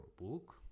book